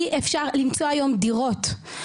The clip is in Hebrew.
אי אפשר למצוא היום דירות,